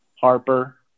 Harper